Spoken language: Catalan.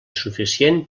suficient